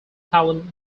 talent